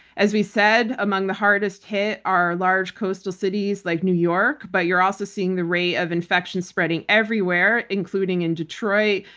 as we said, among the hardest hit are large coastal cities like new york. but you're also seeing the rate of infection spreading everywhere, including in detroit,